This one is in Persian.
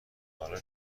حالا